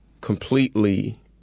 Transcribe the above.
completely